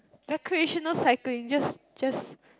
the recreational cycling just just